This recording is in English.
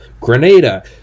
grenada